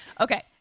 Okay